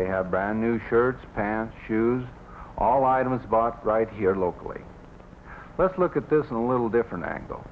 they have brand new shirts past shoes all items bought right here locally let's look at this in a little different angle